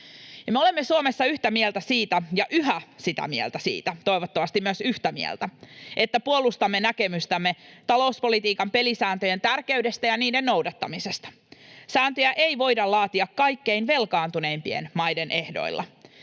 Me olemme Suomessa yhä sitä mieltä — ja toivottavasti myös yhtä mieltä siitä — että puolustamme näkemystämme talouspolitiikan pelisääntöjen tärkeydestä ja niiden noudattamisesta. Sääntöjä ei voida laatia kaikkein velkaantuneimpien maiden ehdoilla.